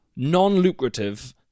non-lucrative